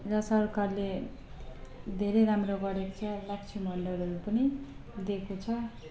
र सरकारले धेरै राम्रो गरेको छ लक्ष्मी भन्डारहरू पनि दिएको छ